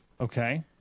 Okay